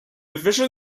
official